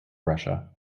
russia